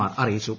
R അറിയിച്ചു